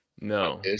No